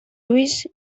ulls